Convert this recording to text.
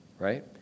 right